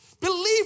Believe